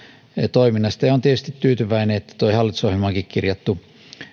toiminnasta ja olen tietysti tyytyväinen että tuo hallitusohjelmaankin kirjattu